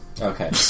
Okay